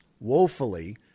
woefully